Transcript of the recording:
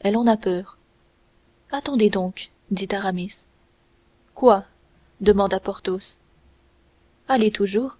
elle en a peur attendez donc dit aramis quoi demanda porthos allez toujours